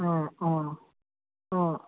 অ অ অ